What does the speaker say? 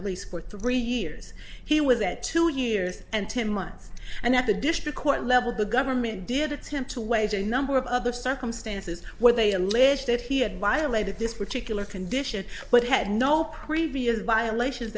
release for three years he was that two years and ten months and at the district court level the government did attempt to wage a number of other circumstances where they allege that he had violated this particular condition but had no previous violations